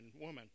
woman